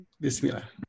bismillah